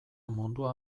mundua